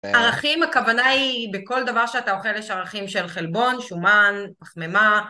ערכים, הכוונה היא, בכל דבר שאתה אוכל יש ערכים של חלבון, שומן, פחממה.